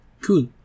Cool